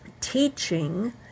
teaching